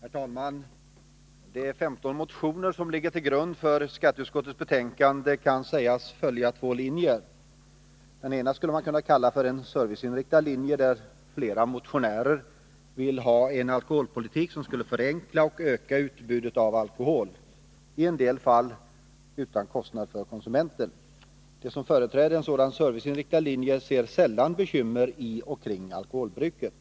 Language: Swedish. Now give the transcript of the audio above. Herr talman! De 15 motioner som ligger till grund för skatteutskottets betänkande kan sägas följa två linjer. Den ena skulle man kunna kalla för en serviceinriktad linje, där flera motionärer vill ha en alkoholpolitik som skulle förenkla och öka utbudet av alkohol, i en del fall t.o.m. utan kostnad för konsumenten. De som företräder en sådan serviceinriktad linje ser sällan bekymmer i och kring alkoholbruket.